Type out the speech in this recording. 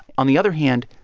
on the other hand,